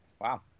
Wow